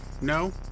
no